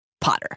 Potter